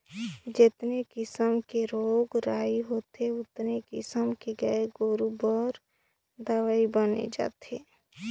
जेतने किसम के रोग राई होथे ओतने किसम के गाय गोरु बर दवई बनत जात हे